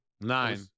Nine